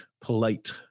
polite